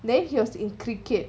then he was in cricket